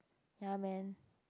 ya man